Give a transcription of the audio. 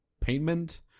payment